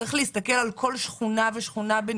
וצריך להסתכל על כל שכונה ושכונה בנפרד.